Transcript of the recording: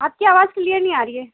آپ کی آواز کلیئر نہیں آ رہی ہے